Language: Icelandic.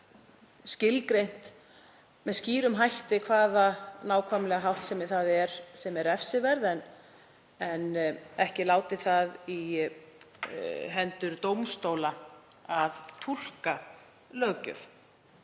skilgreint með skýrum hætti nákvæmlega hvaða háttsemi það er sem er refsiverð en ekki látið í hendur dómstóla að túlka löggjöf.